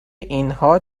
اینها